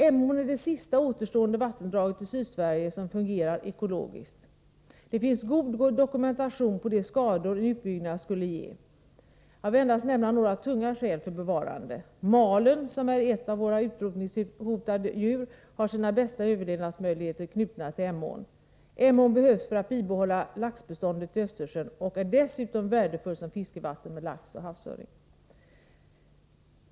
Emån är det sista återstående vattendraget i Sydsverige som fungerar ekologiskt. Det finns god dokumentation på de skador en utbyggnad skulle ge. Jag vill endast nämna några tunga skäl för bevarande. Malen, som är ett av våra utrotningshotade djur, har sina bästa överlevnadsmöjligheter knutna till Emån. Emån behövs för ett bibehållet laxbestånd i Östersjön och är dessutom värdefull som fiskevatten med lax och havsöring.